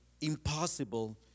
impossible